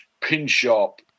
pin-sharp